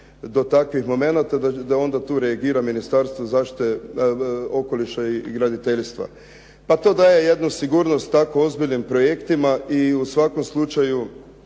do takvih momenta da onda tu reagira Ministarstva zaštite okoliša i graditeljstva. To daje jednu sigurnost tako ozbiljnim projektima i u svakom slučaju